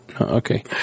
okay